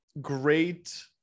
great